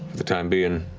the time being,